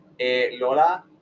Lola